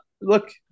Look